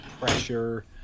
pressure